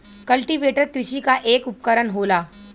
cultivator कृषि क एक उपकरन होला